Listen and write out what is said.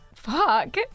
Fuck